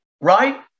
right